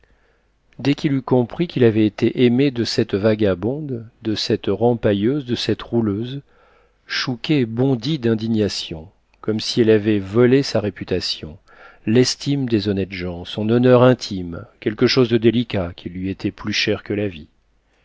dès qu'il eut compris qu'il avait été aimé de cette vagabonde de cette rempailleuse de cette rouleuse chouquet bondit d'indignation comme si elle lui avait volé sa réputation l'estime des honnêtes gens son honneur intime quelque chose de délicat qui lui était plus cher que la vie